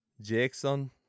Jackson